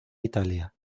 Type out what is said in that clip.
italia